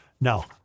Now